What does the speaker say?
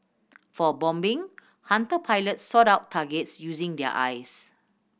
for bombing Hunter pilots sought out targets using their eyes